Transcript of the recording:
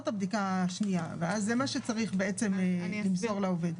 הבדיקה השנייה ואז זה מה שצריך בעצם למסור לעובד.